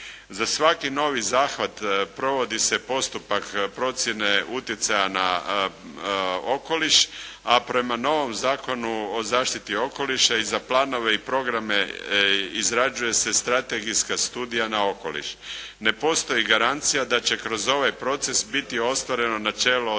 Za svaki novi zahvat provodi se postupak procjene utjecaja na okoliš, a prema novom Zakonu o zaštiti okoliša i za planove i programe izrađuje se strategijska studija na okoliš. Ne postoji garancija da će kroz ovaj proces biti ostvareno načelo održivog